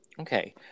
Okay